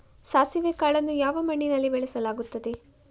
ಸಾಸಿವೆ ಕಾಳನ್ನು ಯಾವ ಮಣ್ಣಿನಲ್ಲಿ ಬೆಳೆಸಲಾಗುತ್ತದೆ?